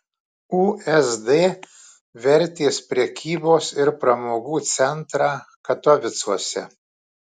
usd vertės prekybos ir pramogų centrą katovicuose